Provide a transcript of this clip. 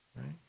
right